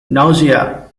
nausea